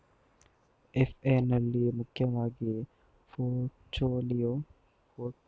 FE ನಲ್ಲಿ ಮುಖ್ಯವಾಗಿ portfolio theory, capital asset pricing modelling ಅನ್ನೋ ಎರಡು ವಿಧ ಇದೆ